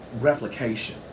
replication